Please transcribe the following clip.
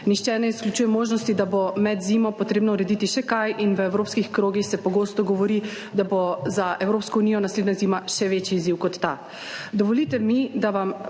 Nihče ne izključuje možnosti, da bo med zimo potrebno urediti še kaj in v evropskih krogih se pogosto govori, da bo za Evropsko unijo naslednja zima še večji izziv kot ta.